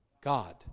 God